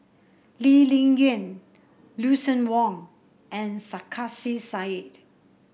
Lee Ling Yen Lucien Wang and Sarkasi Said